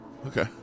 Okay